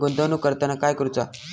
गुंतवणूक करताना काय करुचा?